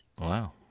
Wow